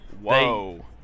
Whoa